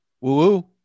woo